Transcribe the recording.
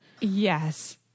Yes